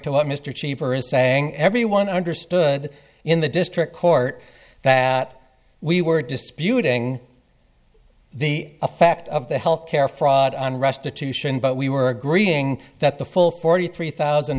to what mr cheaper is saying everyone understood in the district court that we were disputing the effect of the health care fraud on restitution but we were agreeing that the full forty three thousand